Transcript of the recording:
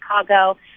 Chicago